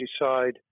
decide